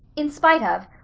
in spite of.